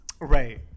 Right